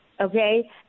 okay